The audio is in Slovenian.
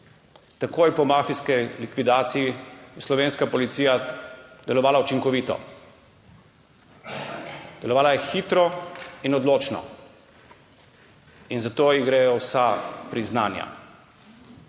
Takoj po mafijski likvidaciji je slovenska policija delovala učinkovito. Delovala je hitro in odločno. In za to ji gredo vsa priznanja.